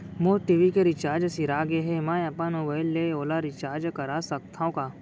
मोर TV के recharge सिरा गे हे, मैं अपन मोबाइल ले ओला रिचार्ज करा सकथव का?